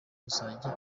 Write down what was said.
uzajya